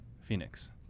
Phoenix